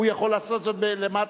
הוא יכול לעשות את זה בפחות,